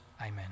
Amen